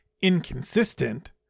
inconsistent